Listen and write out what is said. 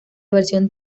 versión